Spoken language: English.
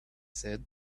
said